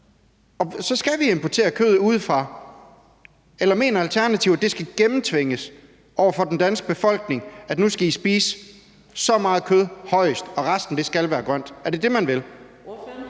og så skal vi importere kødet udefra. Eller mener Alternativet, at det skal gennemtvinges over for den danske befolkning, at de nu må spise højst så og så meget kød, og resten skal være grønt? Er det det, man vil?